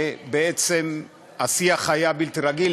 ובעצם השיח היה בלתי רגיל.